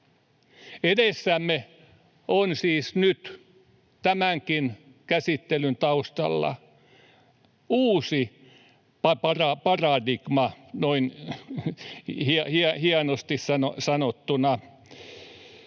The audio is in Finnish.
Edessämme on siis nyt, tämänkin käsittelyn taustalla, uusi paradigma noin hienosti sanottuna.